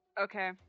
Okay